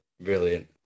Brilliant